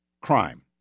crime